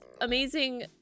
amazing